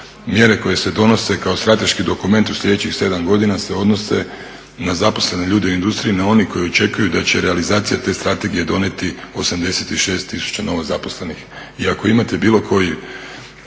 mjere koje se donose kao strateški dokument u sljedećih 7 godina se odnose na zaposlene ljude u industriji, … koji očekuju da će realizacija te strategije donijeti 86 tisuća novozaposlenih i ako imate bilo koji,